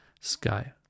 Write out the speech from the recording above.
sky